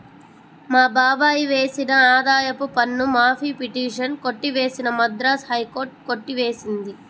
మా బాబాయ్ వేసిన ఆదాయపు పన్ను మాఫీ పిటిషన్ కొట్టివేసిన మద్రాస్ హైకోర్టు కొట్టి వేసింది